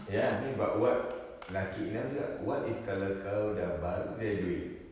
ya I mean but what lucky enough juga what if kalau kau dah baru graduate